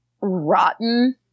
rotten